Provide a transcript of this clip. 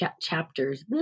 chapters